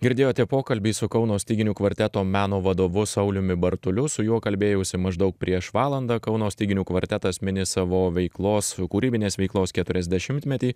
girdėjote pokalbį su kauno styginių kvarteto meno vadovu sauliumi bartuliu su juo kalbėjausi maždaug prieš valandą kauno styginių kvartetas mini savo veiklos kūrybinės veiklos keturiasdešimtmetį